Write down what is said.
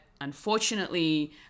unfortunately